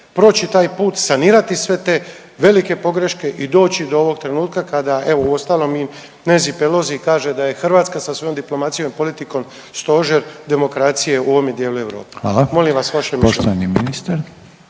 proći taj put, sanirati sve te velike pogreške i doći do ovog trenutka kada evo u ostalom i Nansy Pelosi kaže da je hrvatska sa svojom diplomacijom, politikom, stožer demokracije u ovome dijelu Europe. …/Upadica: Hvala./… Molim vas vaše mišljenje.